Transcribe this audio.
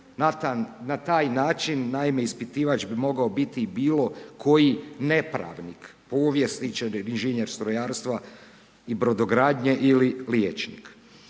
Na taj način naime, ispitivač bi mogao biti bilo koji nepravnik, povjesničar, inženjer strojarstva i brodogradnje ili liječnik.